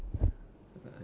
ya same